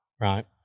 Right